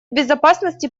безопасности